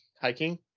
hiking